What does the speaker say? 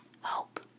hope